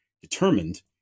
determined